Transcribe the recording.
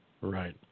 Right